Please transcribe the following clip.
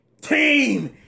Team